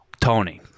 Tony